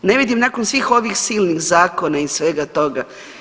Ne vidim nakon svih ovih silnih zakona i svega toga.